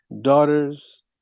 daughters